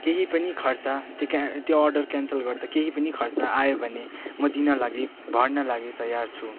केही पनि खर्च त्यो क्या त्यो अर्डर क्यान्सल गर्दा केही पनि खर्च आयो भने म दिन लागि भर्न लागि तयार छु